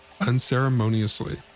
unceremoniously